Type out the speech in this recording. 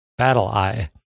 BattleEye